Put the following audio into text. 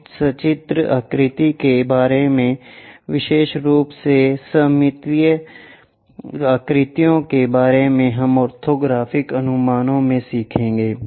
इन सचित्र आकृतियों के बारे में विशेष रूप से सममितीय आकृतियों के बारे में हम ऑर्थोग्राफ़िक अनुमानों में सीखेंगे